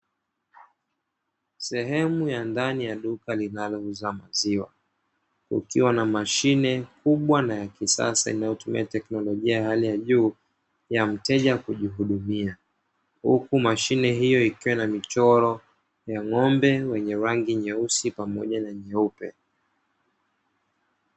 Sehemu ya ndani ya duka linalouza maziwa kukiwa na mashine kubwa na ya kisasa inayotumia teknolojia ya hali ya juu ya mteja kujihudumia, huku mashine hiyo ikiwa na michoro ya ng'ombe wenye rangi nyeusi pamoja na nyeupe.